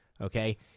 Okay